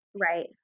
Right